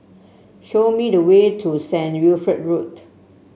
show me the way to Saint Wilfred Road